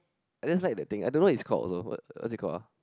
I just like the thing I don't know what it's called also but what's it called ah